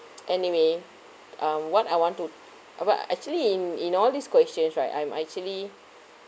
anyway um what I want to uh what actually in in all these questions right I'm actually